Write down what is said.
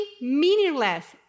meaningless